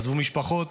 עזבו משפחות,